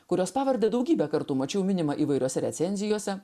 kurios pavardę daugybę kartų mačiau minimą įvairiose recenzijose